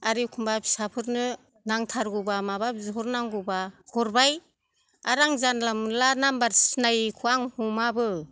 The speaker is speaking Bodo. आरो एखनबा फिसाफोरनो नांथारगौबा माबा बिहरनांगौबा हरबाय आरो आं जानला मोनला नाम्बार सिनायैखौ आं हमाबो